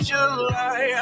July